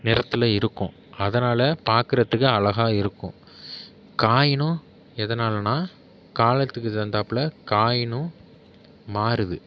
நிறத்தில் இருக்கும் அதனால் பார்க்குறத்துக்கு அழகாக இருக்கும் காயினும் எதனாலனா காலத்துக்கு தகுந்தாப்பில் காயினும் மாறுது